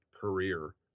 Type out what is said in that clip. career